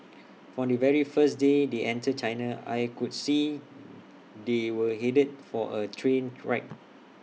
from the very first day they entered China I could see they were headed for A train wreck